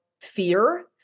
fear